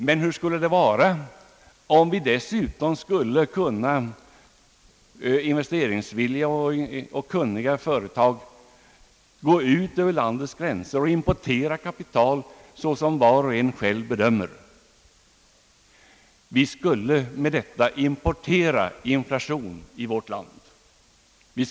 Men hur skulle det vara, om investeringsvilliga företag dessutom skulle kunna gå ut över landets gränser och importera kapital på ett sätt som var och en själv bedömer? Vi skulle med detta importera inflation i vårt land.